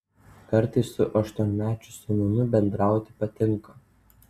kartais su aštuonmečiu sūnumi bendrauti patinka